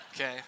Okay